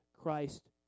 Christ